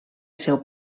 seu